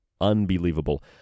Unbelievable